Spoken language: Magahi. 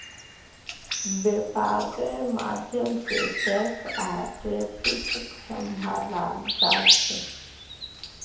वैपार्र माध्यम से टैक्स आर ट्रैफिकक सम्भलाल जा छे